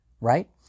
right